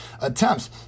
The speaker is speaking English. attempts